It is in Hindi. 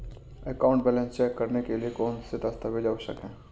अकाउंट बैलेंस चेक करने के लिए कौनसे दस्तावेज़ आवश्यक हैं?